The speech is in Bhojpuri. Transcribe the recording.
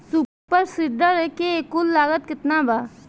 सुपर सीडर के कुल लागत केतना बा?